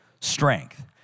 strength